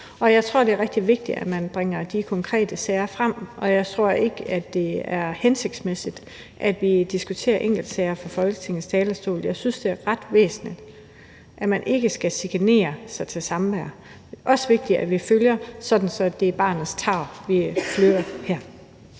jeg tror, det er rigtig vigtigt, at man bringer de konkrete sager frem, og jeg tror ikke, at det er hensigtsmæssigt, at vi diskuterer enkeltsager fra Folketingets talerstol. Jeg synes, det er ret væsentligt, at man ikke skal chikanere sig til samvær. Det er også vigtigt, at det er barnets tarv, vi følger.